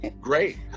Great